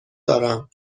دارم